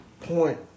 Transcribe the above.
point